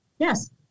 Yes